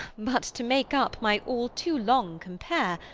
but, to make up my all too long compare,